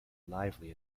lively